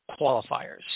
qualifiers